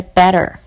better